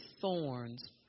thorns